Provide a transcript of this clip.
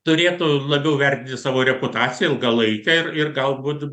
turėtų labiau vertinti savo reputaciją ilgalaikę ir ir galbūt